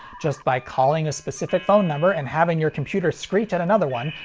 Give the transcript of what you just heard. just by calling a specific phone number and having your computer screech at another one,